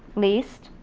least.